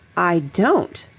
i don't.